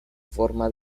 forma